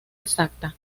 exacta